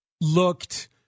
looked